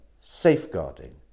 safeguarding